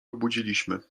obudziliśmy